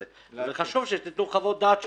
חשוב שתיתנו חוות דעת שלכם.